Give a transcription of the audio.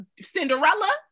Cinderella